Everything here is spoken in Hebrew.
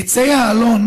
עצי האלון